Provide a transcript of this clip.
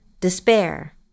despair